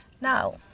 Now